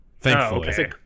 thankfully